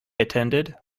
attended